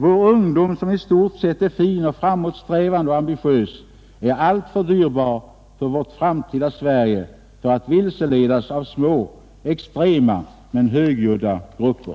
Vår ungdom, som i stort sett är fin, framåtsträvande och ambitiös, är alltför dyrbar för vårt framtida Sverige, för att vilseledas av små extrema men högljudda grupper.